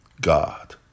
God